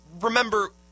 remember